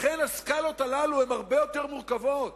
לכן, הסקלות הללו הרבה יותר מורכבות,